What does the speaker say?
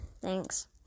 Thanks